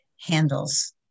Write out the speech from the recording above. handles